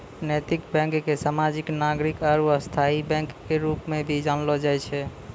नैतिक बैंक के सामाजिक नागरिक आरू स्थायी बैंक के रूप मे भी जानलो जाय छै